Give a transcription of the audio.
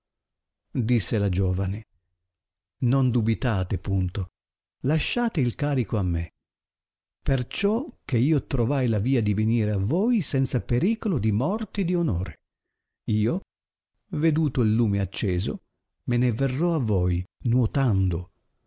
disse la giovane non dubitate punto lasciate il carico a me perciò che io trovai la via di venire a voi senza pericolo di morte e di onore io veduto il lume acceso me ne verrò a voi nuotando